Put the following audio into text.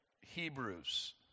Hebrews